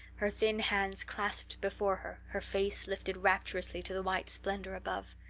her thin hands clasped before her, her face lifted rapturously to the white splendor above.